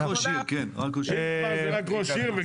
כן, רק ראש עיר.